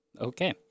Okay